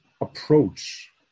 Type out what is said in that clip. approach